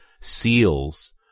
seals